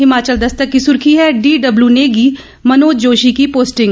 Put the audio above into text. हिमाचल दस्तक की सुर्खी है डीडब्ल्यू नेगी मनोज जोशी की पोस्टिंग